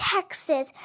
Texas